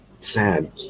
Sad